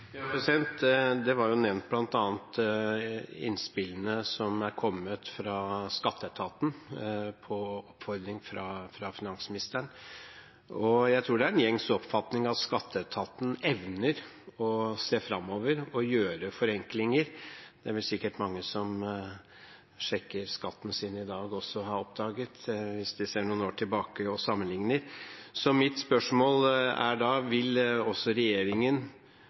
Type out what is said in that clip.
var jo nevnt bl.a. innspillene som er kommet fra skatteetaten på oppfordring fra finansministeren, og jeg tror det er en gjengs oppfatning at skatteetaten evner å se framover og gjøre forenklinger. Det vil sikkert mange som sjekker skatten sin i dag, også ha oppdaget hvis de ser noen år tilbake og sammenligner. Så mitt spørsmål er da: Vil også regjeringen,